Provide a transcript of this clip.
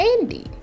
Andy